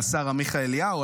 השר עמיחי אליהו,